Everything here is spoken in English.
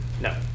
No